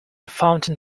fountain